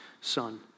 Son